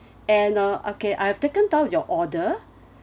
and uh okay I have taken down your order